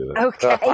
Okay